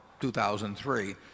2003